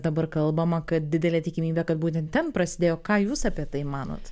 dabar kalbama kad didelė tikimybė kad būtent ten prasidėjo ką jūs apie tai manot